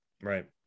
right